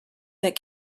that